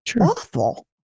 awful